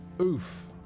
Oof